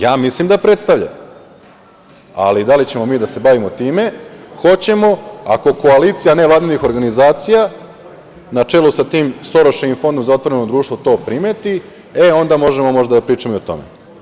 Ja mislim da predstavlja, ali da li ćemo mi da se bavimo time, hoćemo ako koalicija nevladinih organizacija na čelu sa tim Soroševim Fondom za otvoreno društvo to primeti, onda možemo da pričamo o tome.